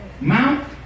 Mount